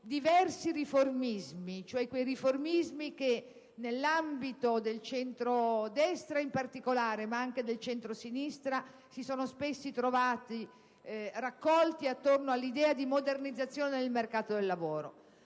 diversi riformisti, che, nell'ambito del centrodestra, in particolare, ma anche del centrosinistra, si sono spesso trovati raccolti attorno all'idea di modernizzazione del mercato del lavoro.